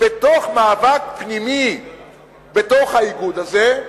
בתוך מאבק פנימי בתוך האיגוד הזה,